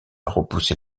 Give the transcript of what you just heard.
repousser